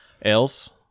Else